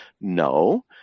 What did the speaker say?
No